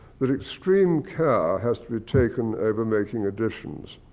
that extreme care has to be taken over making additions.